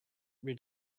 rid